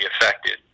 affected